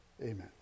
Amen